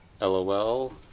Lol